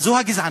זו גזענות,